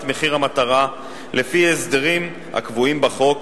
מחיר המטרה לפי הסדרים הקבועים בחוק